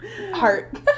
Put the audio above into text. heart